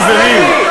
חברים.